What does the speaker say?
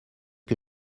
que